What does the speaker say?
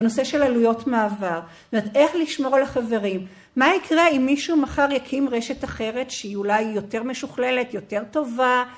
נושא של עלויות מעבר, איך לשמור על החברים, מה יקרה אם מישהו מחר יקים רשת אחרת שהיא אולי יותר משוכללת, יותר טובה?